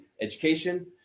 education